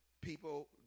people